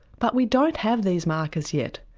but we don't have these markers yet,